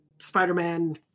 Spider-Man